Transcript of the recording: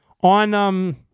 on